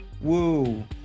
Woo